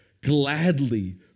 gladly